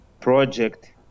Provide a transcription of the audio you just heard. project